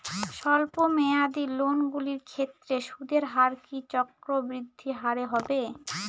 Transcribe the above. স্বল্প মেয়াদী লোনগুলির ক্ষেত্রে সুদের হার কি চক্রবৃদ্ধি হারে হবে?